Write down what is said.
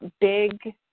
big